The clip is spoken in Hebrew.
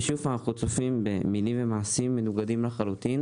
אנחנו שוב צופים במילים ומעשים מנוגדים לחלוטין,